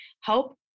help